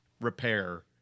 repair